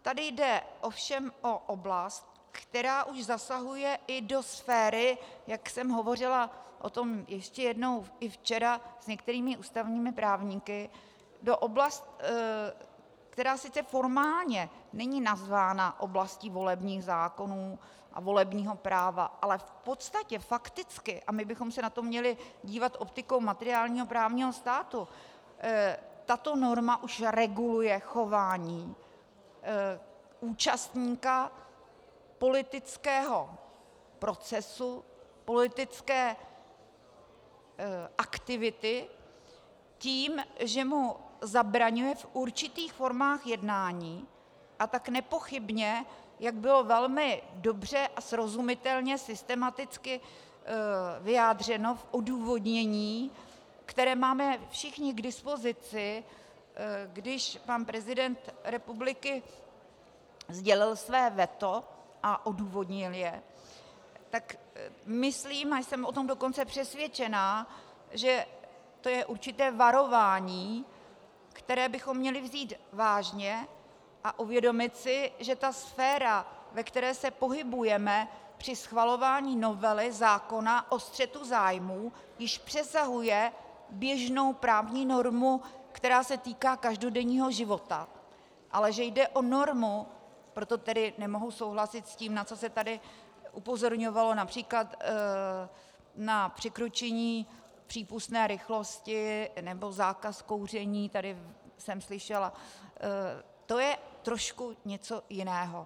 Tady jde ovšem o oblast, která už zasahuje i do sféry, jak jsem o tom ještě jednou hovořila i včera s některými ústavními právníky, která sice formálně není nazvána oblastí volebních zákonů a volebního práva, ale v podstatě, fakticky a my bychom se na to měli dívat optikou materiálního právního státu tato norma už reguluje chování účastníka politického procesu, politické aktivity, tím, že mu zabraňuje v určitých formách jednání, a tak nepochybně, jak bylo velmi dobře a srozumitelně systematicky vyjádřeno v odůvodnění, které máme všichni k dispozici, když pan prezident republiky sdělil své veto a odůvodnil je, tak myslím, a jsem o tom dokonce přesvědčená, že to je určité varování, které bychom měli vzít vážně, a uvědomit si, že ta sféra, ve které se pohybujeme při schvalování novely zákona o střetu zájmů, již přesahuje běžnou právní normu, která se týká každodenního života, ale že jde o normu proto tedy nemohu souhlasit s tím, na co se tady upozorňovalo, např. na překročení přípustné rychlosti nebo zákaz kouření, tady jsem to slyšela, kde to je trošku něco jiného.